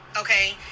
okay